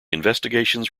investigations